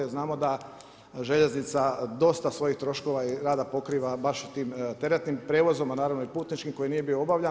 Znamo da željeznica dosta svojih troškova i rada pokriva baš na tim teretnim prijevozom, a naravno i putničkim koji nije bio obavljan.